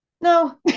no